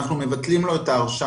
אנחנו מבטלים לו את ההרשאה.